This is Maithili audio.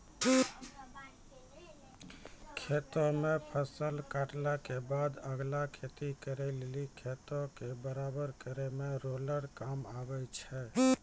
खेतो मे फसल काटला के बादे अगला खेती करे लेली खेतो के बराबर करै मे रोलर काम आबै छै